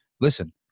listen